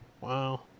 wow